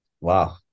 Wow